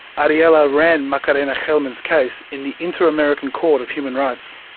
ariela ran macarena gelman's case in the inter-american court of human rights.